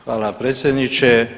Hvala predsjedniče.